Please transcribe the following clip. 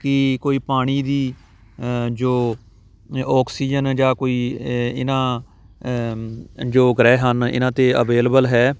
ਕਿ ਕੋਈ ਪਾਣੀ ਦੀ ਜੋ ਅੋਕਸੀਜਨ ਜਾਂ ਕੋਈ ਇ ਇਹਨਾਂ ਜੋ ਗ੍ਰਹਿ ਹਨ ਇਹਨਾਂ 'ਤੇ ਅਵੇਲੇਬਲ ਹੈ